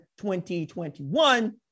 2021